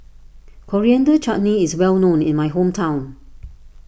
Coriander Chutney is well known in my hometown